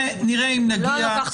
גם אנחנו רוצים.